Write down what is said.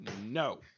no